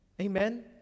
Amen